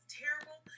terrible